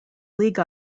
league